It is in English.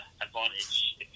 advantage